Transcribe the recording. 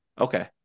Okay